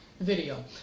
video